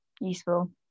useful